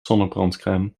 zonnebrandcrème